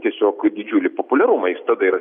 tiesiog didžiulį populiarumą jis tada ir